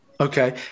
Okay